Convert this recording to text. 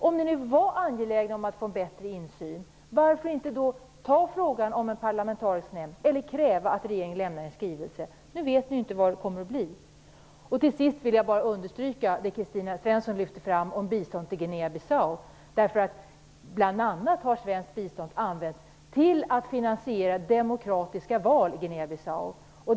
Om ni var angelägna om att få en bättre redovisning varför tog ni inte upp frågan om en parlamentarisk nämnd eller krävde att regeringen lämnar en skrivelse? Nu vet ni inte hur det kommer att bli. Till sist vill jag bara understryka det Kristina Svensson lyfte fram om biståndet till Guinea Bissau. Svenskt bistånd har bl.a. använts till att finansiera demokratiska val i Guinea Bissau.